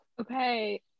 Okay